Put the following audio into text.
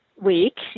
week